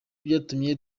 byatumye